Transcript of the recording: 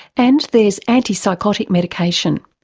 and there's antipsychotic medication.